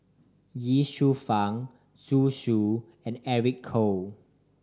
Ye Shufang Zhu Xu and Eric Khoo